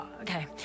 Okay